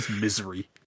misery